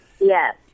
Yes